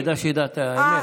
כדאי שידע את האמת.